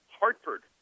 Hartford